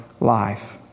life